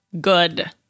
good